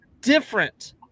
different